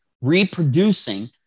reproducing